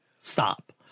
stop